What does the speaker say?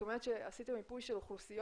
את אומרת שעשיתם מיפוי של אוכלוסיות,